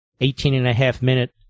Eighteen-and-a-half-minute